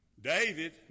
David